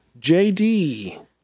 JD